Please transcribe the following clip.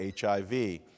HIV